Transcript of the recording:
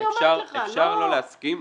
אפשר לא להסכים,